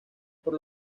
por